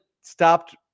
stopped